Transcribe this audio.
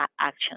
action